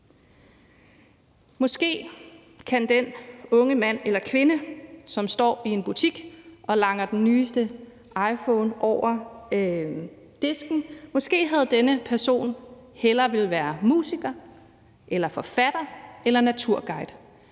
Måske ville den unge mand eller kvinde, som står i en butik og langer den nyeste iPhone over disken, hellere være musiker eller forfatter eller naturguide.